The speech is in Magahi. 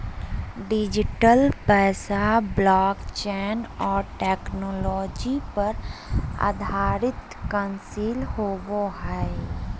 डिजिटल पैसा ब्लॉकचेन और टेक्नोलॉजी पर आधारित करंसी होवो हइ